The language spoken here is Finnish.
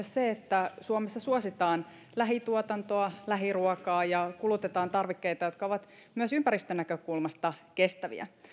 se että suomessa suositaan lähituotantoa ja lähiruokaa ja kulutetaan tarvikkeita jotka ovat myös ympäristönäkökulmasta kestäviä